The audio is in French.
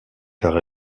car